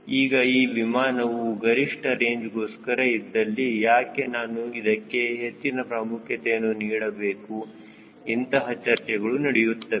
ಈಗ ಆ ವಿಮಾನವು ಗರಿಷ್ಠ ರೇಂಜ್ ಗೋಸ್ಕರ ಇದ್ದಲ್ಲಿ ಯಾಕೆ ನಾನು ಇದಕ್ಕೆ ಹೆಚ್ಚಿನ ಪ್ರಾಮುಖ್ಯತೆಯನ್ನು ನೀಡಬೇಕು ಇಂತಹ ಚರ್ಚೆಗಳು ನಡೆಯುತ್ತವೆ